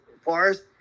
forest